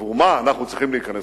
עבור מה אנחנו צריכים להיכנס,